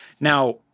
Now